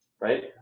Right